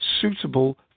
suitable